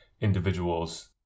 individuals